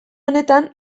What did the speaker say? honetan